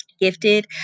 gifted